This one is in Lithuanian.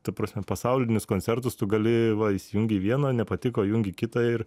ta prasme pasaulinis koncertas tu gali va įsijungei vieną nepatiko jungi kitą ir